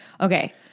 okay